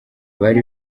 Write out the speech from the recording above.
bari